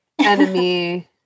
enemy